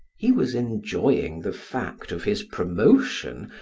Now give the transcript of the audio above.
he was enjoying the fact of his promotion,